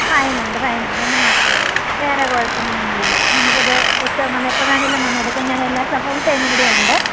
ഫൈനൊണ്ട് ഫൈനൊണ്ട് എന്ന് മാത്രമേ ഉള്ളു വേറെ കുഴപ്പങ്ങളൊന്നുമില്ല നമുക്കത് പുസ്തകം പിന്നെ എപ്പം വേണേലും വന്നെടുക്കാം ഞാനെല്ലാ സ ഫുൾ ടൈമിവടെയുണ്ട്